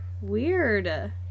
Weird